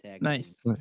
Nice